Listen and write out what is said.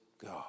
God